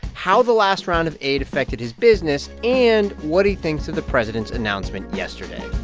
how the last round of aid affected his business and what he thinks of the president's announcement yesterday